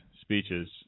speeches